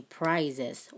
prizes